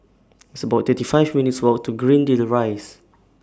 It's about thirty five minutes' Walk to Greendale Rise